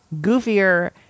goofier